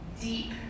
deep